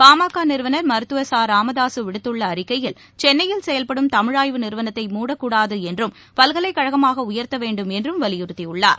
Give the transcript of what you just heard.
பா ம க நிறுவனா் மருத்துவா் ச ராமதாசுவிடுத்துள்ளஅறிக்கையில் சென்னையில் செயல்படும் தமிழாய்வு நிறுவனத்தை மூடக்கூடாதுஎன்றும் பல்கலைக் கழகமாகஉயா்த்தவேண்டும் என்றும் வலியுறுத்தியுள்ளார்